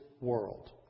world